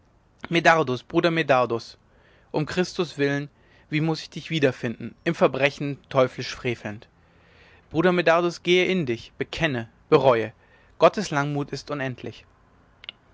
medardus bruder medardus um christus willen wie muß ich dich wiederfinden im verbrechen teuflisch frevelnd bruder medardus gehe in dich bekenne bereue gottes langmut ist unendlich